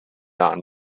upon